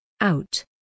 Out